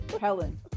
Helen